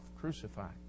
crucified